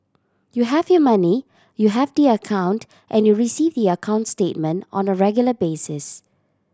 you have your money you have the account and you receive the account statement on the regular basis